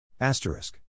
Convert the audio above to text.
Asterisk